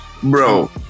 Bro